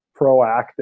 proactive